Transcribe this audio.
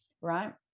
right